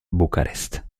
bucarest